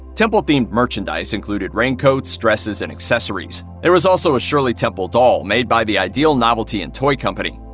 temple-themed merchandise included raincoats, dresses, and accessories. there was also a shirley temple doll made by the ideal novelty and toy company.